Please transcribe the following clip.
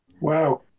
wow